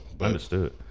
Understood